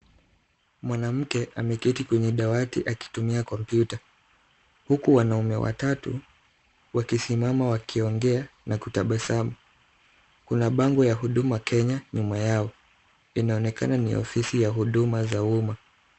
Mwanamke ameketi kwenye dawati akitumia kompyuta huku wanaume watatu wakisimama wakiongea na kutabasamu. Kuna bango ya Huduma Kenya nyuma yao. Inaonekana ni ofisi ya huduma za umma.